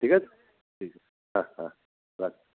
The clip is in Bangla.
ঠিক আছে হ্যাঁ হ্যাঁ রাখছি